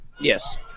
Yes